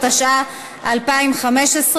התשע"ה 2015,